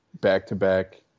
back-to-back